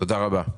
תודה רבה.